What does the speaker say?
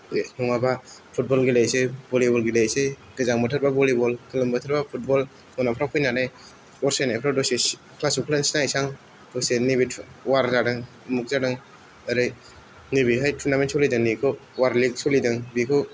बे नङाबा फुटबल गेलेनोसै भलीबल गेलेहैनोसै गोजां बोथोरबा भलीबल गोलोम बोथोरबा फुटबल उनावफ्राव फैनानै दसे न'फ्राव दसे क्लास अफ क्लान्स नायनोसै आं दसे नैबे वार जादों अमुक जादों ओरै नैबेहाय टुर्नामेन्त सलिदों नैबेखौ वार लीग सलिदों बेखौ